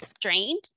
drained